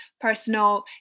personal